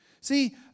See